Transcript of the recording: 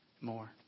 more